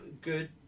good